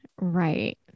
right